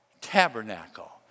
tabernacle